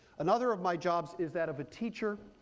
another of my jobs is that of a teacher.